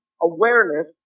awareness